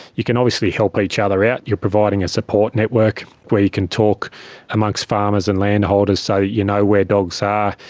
you can obviously help each other out, you are providing a support network where you can talk amongst farmers and landholders so you know where dogs are,